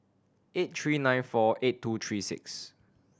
eight three nine four eight two three six